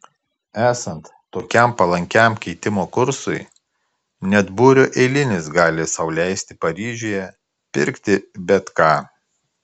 esant tokiam palankiam keitimo kursui net būrio eilinis gali sau leisti paryžiuje pirkti bet ką